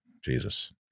Jesus